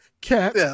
Cat